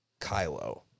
Kylo